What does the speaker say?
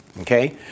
Okay